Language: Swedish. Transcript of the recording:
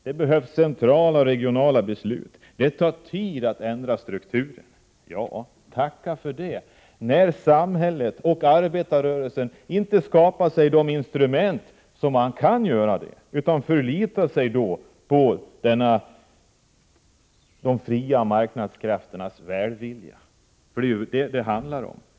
Det behövs centrala och regionala beslut, och det tar tid att ändra strukturen. Ja, tacka för det, när samhället och arbetarrörelsen inte skapar sig de instrument som behövs utan förlitar sig på de fria marknadskrafternas välvilja, för det är ju vad det handlar om.